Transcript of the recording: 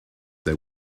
they